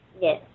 Yes